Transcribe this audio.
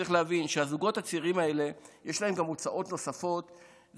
צריך להבין שלזוגות הצעירים האלה יש הוצאות נוספות,